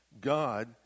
God